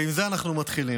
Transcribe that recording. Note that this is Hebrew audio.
ועם זה אנחנו מתחילים.